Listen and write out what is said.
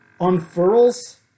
unfurls